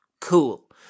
Cool